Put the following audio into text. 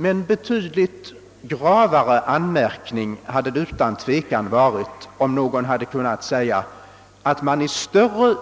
Men en betydligt gravare anmärkning hade det utan tvivel varit, om någon kunnat säga att det i mindre